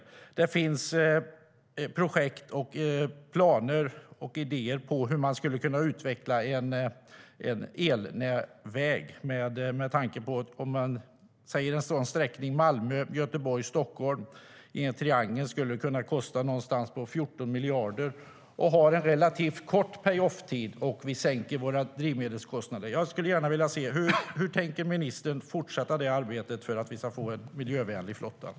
Det finns projekt, planer och idéer på hur man skulle kunna utveckla en elväg. Sträckningen Malmö-Göteborg-Stockholm i en triangel skulle kunna kosta någonstans kring 14 miljarder och ha en relativt kort pay-off-tid, och det skulle sänka drivmedelskostnaderna.